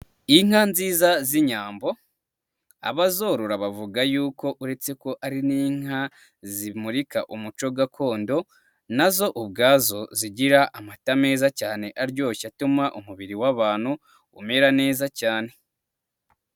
Inka nziza z'inyambo, abazorora bavuga yuko uretse ko ari n'inka zimurika umuco gakondo, na zo ubwazo zigira amata meza cyane aryoshye atuma umubiri w'abantu umera neza cyane.